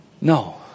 No